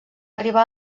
arribar